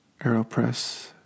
Aeropress